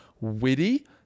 witty